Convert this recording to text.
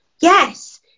Yes